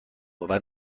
آور